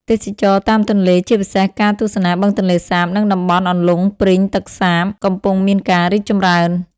ទេសចរណ៍តាមទន្លេ ជាពិសេសការទស្សនាបឹងទន្លេសាប និងតំបន់អន្លង់ព្រីងទឹកសាប កំពុងមានការរីកចម្រើន។